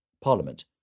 Parliament